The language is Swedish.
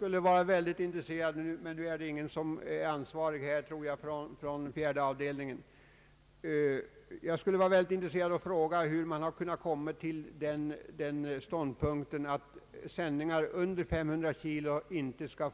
Nu är väl ingen ansvarig från fjärde avdelningen inne i kammaren, men jag skulle vara väldigt intresserad av att få fråga hur man har kommit till den ståndpunkten att sändningar under 500 kg inte skall